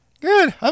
Good